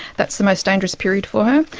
that's the most dangerous period for her.